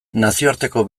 nazioarteko